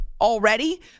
already